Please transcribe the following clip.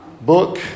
book